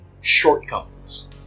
shortcomings